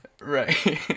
Right